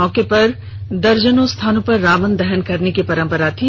मौके पर जिले में दर्जनों स्थानों पर रावण दहन करने की परंपरा थी